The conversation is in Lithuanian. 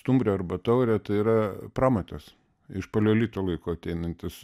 stumbrė arba taurė tai yra pramatas iš paleolito laikų ateinantis